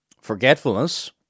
Forgetfulness